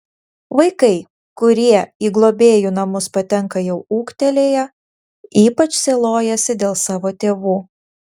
vaikai kurie į globėjų namus patenka jau ūgtelėję ypač sielojasi dėl savo tėvų